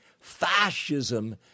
Fascism